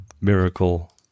miracle